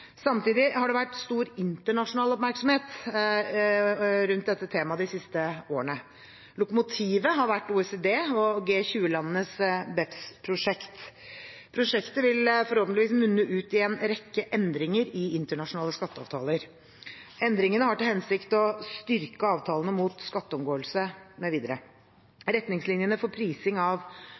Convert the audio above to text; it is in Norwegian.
Samtidig har det vært stor internasjonal oppmerksomhet rundt dette temaet de siste årene. Lokomotivet har vært OECD og G20-landenes BEPS-prosjekt. Prosjektet vil forhåpentligvis munne ut i en rekke endringer i internasjonale skatteavtaler. Endringene har til hensikt å styrke avtalene mot skatteomgåelse mv. Retningslinjene for prising av